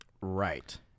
Right